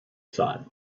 thought